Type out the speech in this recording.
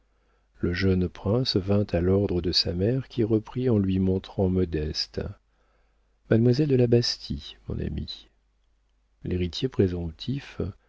le jeune prince vint à l'ordre de sa mère qui reprit en lui montrant modeste mademoiselle de la bastie mon ami l'héritier présomptif